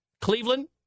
Cleveland